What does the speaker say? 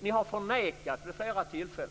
Ni har vid flera tillfällen förnekat